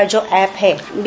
का जो एप है बी